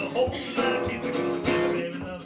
the whole time